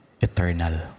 eternal